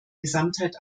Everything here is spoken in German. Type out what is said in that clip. gesamtheit